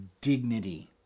Dignity